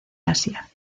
asia